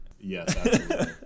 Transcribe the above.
Yes